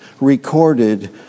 recorded